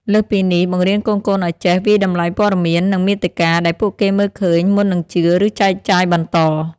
លើសពីនេះបង្រៀនកូនៗឲ្យចេះ វាយតម្លៃព័ត៌មាន និងមាតិកា ដែលពួកគេមើលឃើញ មុននឹងជឿ ឬចែកចាយបន្ត។